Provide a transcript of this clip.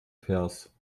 vers